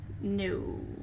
no